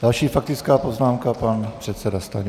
Další faktická poznámka, pan předseda Stanjura.